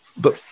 But-